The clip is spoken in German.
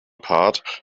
part